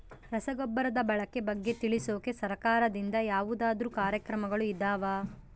ರಸಗೊಬ್ಬರದ ಬಳಕೆ ಬಗ್ಗೆ ತಿಳಿಸೊಕೆ ಸರಕಾರದಿಂದ ಯಾವದಾದ್ರು ಕಾರ್ಯಕ್ರಮಗಳು ಇದಾವ?